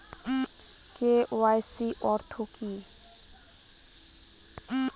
KYC অর্থ কি?